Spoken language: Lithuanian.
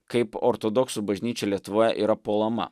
kaip ortodoksų bažnyčia lietuvoje yra puolama